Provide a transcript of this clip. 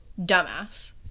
dumbass